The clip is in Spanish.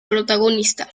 protagonista